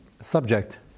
Subject